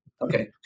Okay